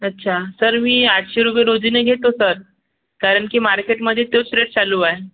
अच्छा सर मी आठशे रुपये रोजीने घेतो सर कारण की मार्केटमध्ये तोच रेट चालू आहे